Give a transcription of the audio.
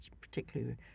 particularly